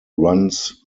runs